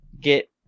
get